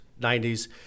90s